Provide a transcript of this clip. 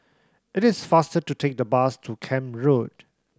it is faster to take the bus to Camp Road